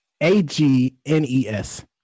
A-G-N-E-S